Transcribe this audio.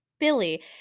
billy